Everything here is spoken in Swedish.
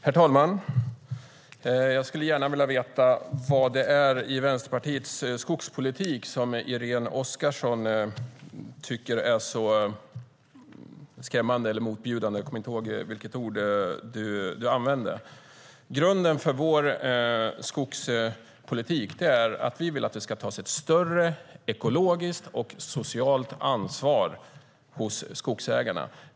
Herr talman! Jag skulle gärna vilja veta vad det är i Vänsterpartiets skogspolitik som Irene Oskarsson tycker är så farligt. Grunden för vår skogspolitik är att vi vill att det ska tas ett större ekologiskt och socialt ansvar hos skogsägarna.